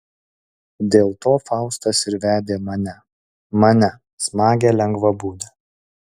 dėl to faustas ir vedė mane mane smagią lengvabūdę